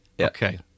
Okay